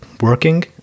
working